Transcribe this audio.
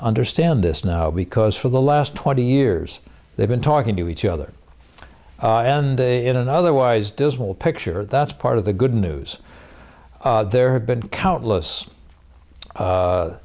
understand this now because for the last twenty years they've been talking to each other and in an otherwise dismal picture that's part of the good news there have been countless